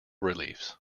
reliefs